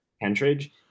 Pentridge